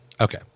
Okay